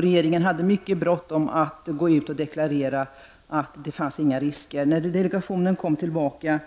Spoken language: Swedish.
Regeringen hade mycket bråttom att gå ut och deklarera att det inte fanns några risker. Delegationen kom tillbaka